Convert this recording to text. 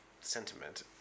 sentiment